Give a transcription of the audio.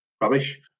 Rubbish